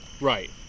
Right